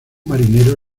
marinero